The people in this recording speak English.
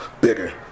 bigger